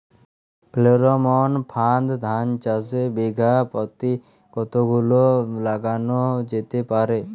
Pheromone ফাঁদ ধান চাষে বিঘা পতি কতগুলো লাগানো যেতে পারে?